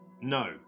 No